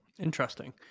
Interesting